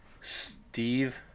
Steve